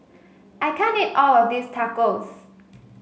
I can't eat all of this Tacos